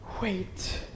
wait